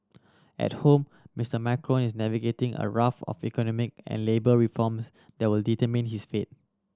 at home Mister Macron is navigating a raft of economic and labour reforms that will determine his fates